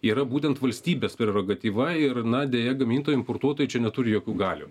yra būtent valstybės prerogatyva ir na deja gamintojai importuotojai čia neturi jokių galių